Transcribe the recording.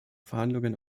verhandlungen